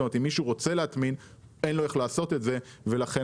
אם מישהו רוצה להטמין אין לו איך לעשות את זה ולכן